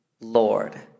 Lord